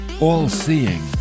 all-seeing